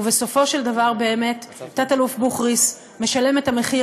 ובסופו של דבר תת-אלוף בוכריס משלם את המחיר